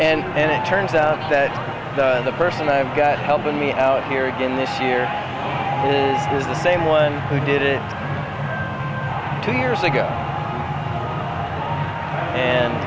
and and it turns out that the person i've got helping me out here again this year is the same one who did it two years ago and